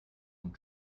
and